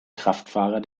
kraftfahrer